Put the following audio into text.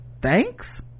thanks